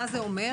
מה זה אומר?